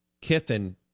Kiffin